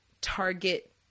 target